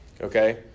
Okay